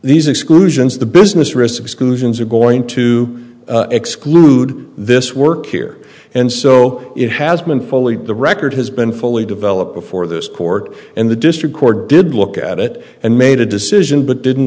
these exclusions the business risks are going to exclude this work here and so it has been fully the record has been fully developed before this court and the district court did look at it and made a decision but didn't